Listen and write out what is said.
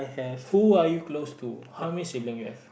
who are you close to how many sibling you have